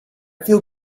feel